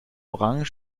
orangen